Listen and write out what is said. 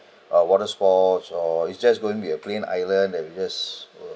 uh water sports or it's just going to be a plain island and we just